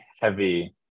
heavy